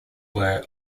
were